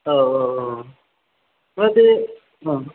औ औ औ ओमफ्राय बे